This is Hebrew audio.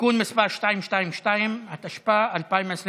(תיקון מס' 222), התשפ"א 2021,